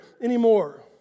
anymore